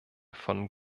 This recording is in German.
von